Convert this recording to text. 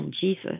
Jesus